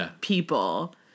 people